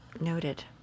Noted